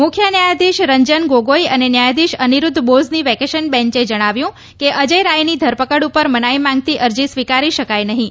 મુખ્ય ન્યાયાધીશ રંજન ગોગોઇ અને ન્યાયાધીશ અનિરૂદ્ધ બોઝની વેકેશન બેન્ચે જણાવ્યું કે અજય રાયની ધરપકડ પર મનાઇ માંગતી અરજી સ્વીકારી શકાય નહીં